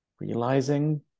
realizing